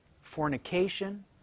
fornication